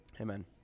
Amen